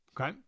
Okay